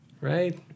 Right